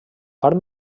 part